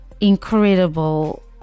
Incredible